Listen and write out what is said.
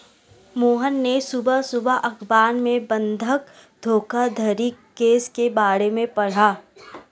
मोहन ने सुबह सुबह अखबार में बंधक धोखाधड़ी केस के बारे में पढ़ा